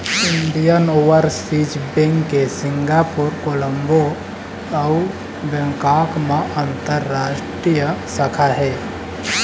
Indian Overseas Bank के Singapore, Colombo अउ Bangkok म अंतररास्टीय शाखा हे